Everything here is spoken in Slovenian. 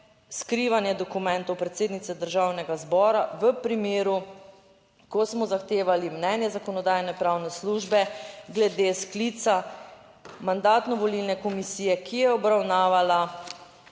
skrivanje dokumentov predsednice Državnega zbora, v primeru, ko smo zahtevali mnenje Zakonodajno-pravne službe glede sklica Mandatno-volilne komisije, ki je obravnavala,